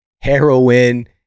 heroin